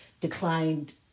declined